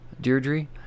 Deirdre